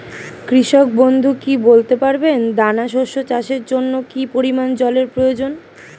কৃষক বন্ধু কি বলতে পারবেন দানা শস্য চাষের জন্য কি পরিমান জলের প্রয়োজন?